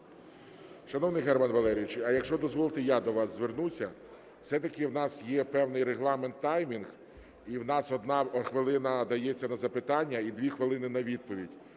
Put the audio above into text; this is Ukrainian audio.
Шановний Германе Валерійовичу, а якщо дозволите, я до вас звернуся. Все-таки в нас є певний регламент, таймінг, і в нас 1 хвилина дається на запитання і 2 хвилини – на відповіді.